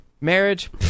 Marriage